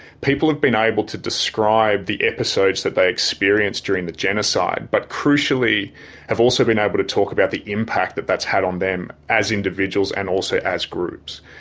people have been able to describe the episodes that they experienced during the genocide but crucially have also been able to talk about the impact that that's had on them as individuals and also as groups.